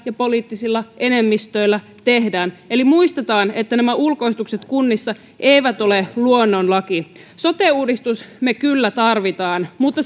ja poliittisilla enemmistöillä tehdään eli muistetaan että nämä ulkoistukset kunnissa eivät ole luonnonlaki sote uudistuksen me kyllä tarvitsemme mutta